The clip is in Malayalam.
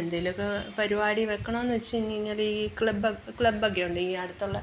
എന്തേലുവൊക്കെ പരിപാടി വെക്കണോന്ന് വെച്ച് കഴിഞ്ഞ് കഴിഞ്ഞാൽ ഈ ക്ലബ്ബ ക്ലബ്ബക്കെയുണ്ട് ഈ അടുത്തുള്ള